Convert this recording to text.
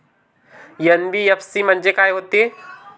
NBFC म्हणजे का होते?